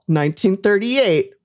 1938